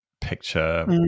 picture